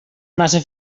massa